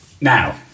Now